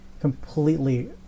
completely